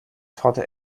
torte